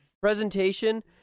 presentation